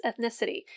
ethnicity